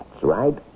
right